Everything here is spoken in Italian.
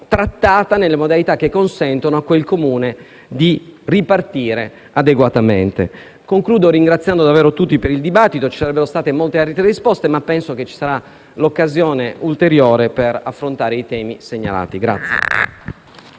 trattata nelle modalità che consentono a quel Comune una ripartizione adeguata. Concludo ringraziando davvero tutti per il dibattito. Ci sarebbero state molte altre risposte da dare, ma penso che ci sarà un'ulteriore occasione per affrontare i temi segnalati.